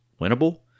winnable